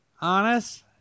honest